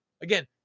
Again